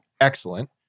excellent